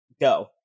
go